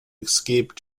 escape